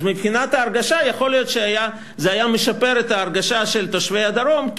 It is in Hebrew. אז מבחינת ההרגשה יכול להיות שזה היה משפר את ההרגשה של תושבי הדרום,